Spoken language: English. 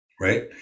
right